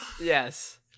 yes